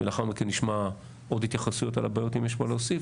ולאחר מכן נשמע עוד התייחסויות על הבעיות אם יש מה להוסיף,